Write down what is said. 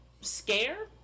scare